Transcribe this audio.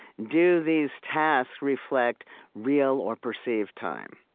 do these tasks reflect real or perceived time?